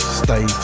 stay